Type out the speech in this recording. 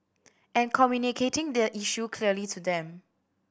and communicating the issue clearly to them